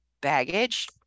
baggage